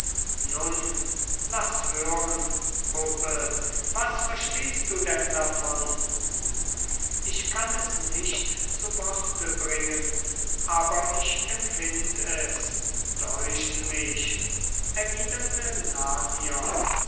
nun laß hören puppe was verstehst du denn davon ich kann es nicht zu worte bringen aber ich empfind es deucht mich erwiderte